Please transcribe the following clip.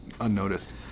unnoticed